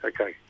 Okay